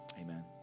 amen